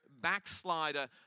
backslider